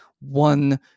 one